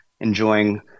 enjoying